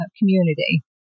community